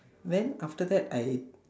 then after that I